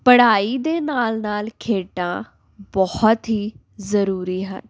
ਪੜ੍ਹਾਈ ਦੇ ਨਾਲ਼ ਨਾਲ਼ ਖੇਡਾਂ ਬਹੁਤ ਹੀ ਜ਼ਰੂਰੀ ਹਨ